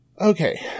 Okay